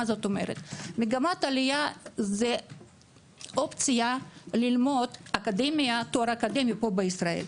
מה פירוש מגמת עלייה זאת אופציה ללמוד תואר אקדמי פה בישראל.